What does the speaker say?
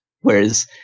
Whereas